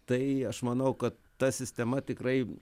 tai aš manau kad ta sistema tikrai